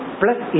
plus